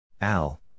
Al